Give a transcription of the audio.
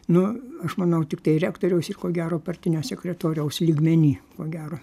nu aš manau tiktai rektoriaus ir ko gero partinio sekretoriaus lygmeny ko gero